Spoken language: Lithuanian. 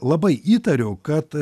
labai įtariau kad